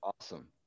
Awesome